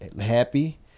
happy